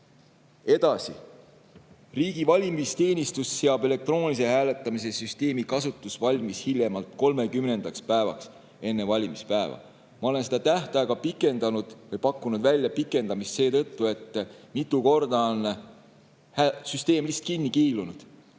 mitte. Edasi: riigi valimisteenistus seab elektroonilise hääletamise süsteemi kasutusvalmis hiljemalt 30. päevaks enne valimispäeva. Ma olen seda tähtaega pikendanud või pakkunud pikendamise välja seetõttu, et mitu korda on süsteem vahepeal lihtsalt kinni kiilunud